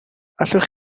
allwch